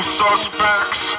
suspects